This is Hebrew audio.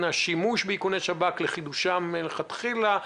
השימוש באיכוני שב"כ לחידושם מלכתחילה.